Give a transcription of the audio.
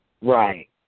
right